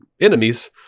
enemies